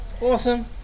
awesome